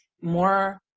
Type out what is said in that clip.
more